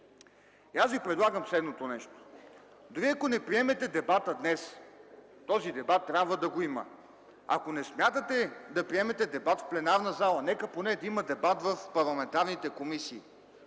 Предлагам Ви следното нещо. Дори ако не приемете дебата днес, този дебат трябва да го има. Ако не смятате да приемете дебат в пленарната зала, нека поне да има дебат в парламентарните комисии